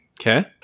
Okay